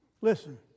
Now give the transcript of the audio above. Listen